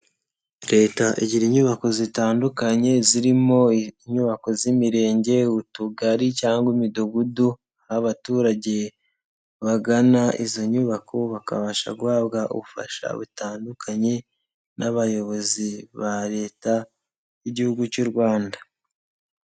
Leta igira inyubako zitandukanye zirimo: inyubako z'Imirenge, Utugari cyangwa Imidugudu, abaturage bagana izo nyubako bakabasha guhabwa ubufasha butandukanye n'abayobozi ba leta y'Igihugu cy'u Rwanda.